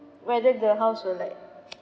whether the house will like